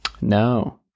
No